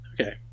Okay